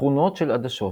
תכונות של עדשות